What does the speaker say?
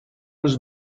was